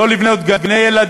לא לבנות גני-ילדים,